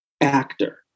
actor